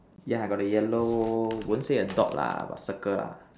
yeah I got the yellow won't say a dot lah but circle ah